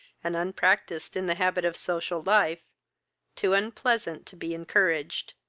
and unpracticed in the habits of social life too unpleasant to be encouraged.